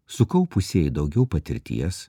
sukaupusieji daugiau patirties